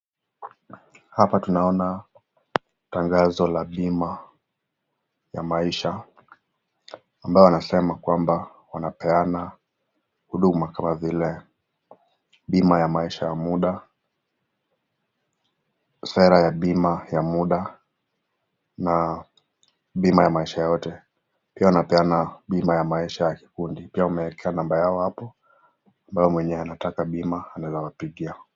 Hapa tunaona tangazo la bima ya maisha , ambao wanasema kwamba wanapeana huduma kama vile bima ya maisha ya muda , sera ya bima ya muda na pima ya maisha yote pima wanapeana pima ya maisha ya kikundi pia wameeka nambari ya simu hapo ambayo unaweza kuwapigia.